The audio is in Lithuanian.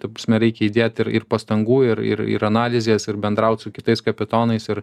ta prasme reikia įdėt ir ir pastangų ir ir ir analizės ir bendraut su kitais kapitonais ir